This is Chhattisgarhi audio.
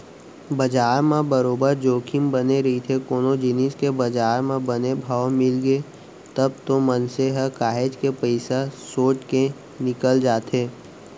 बजार म बरोबर जोखिम बने रहिथे कोनो जिनिस के बजार म बने भाव मिलगे तब तो मनसे ह काहेच के पइसा सोट के निकल जाथे